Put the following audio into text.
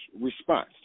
response